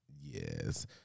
yes